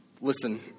Listen